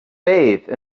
bathe